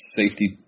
safety